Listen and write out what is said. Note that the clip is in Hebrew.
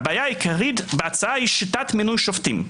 הבעיה העיקרית בהצעה היא שיטת מינוי שופטים.